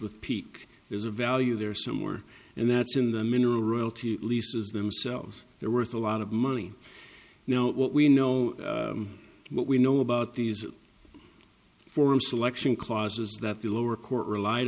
with peak there's a value there somewhere and that's in the mineral royalty leases themselves they're worth a lot of money you know what we know what we know about these form selection clauses that the lower court relied